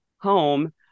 home